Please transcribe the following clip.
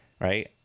right